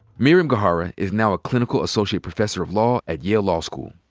miriam gohara is now a clinical associate professor of law at yale law school.